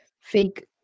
Fake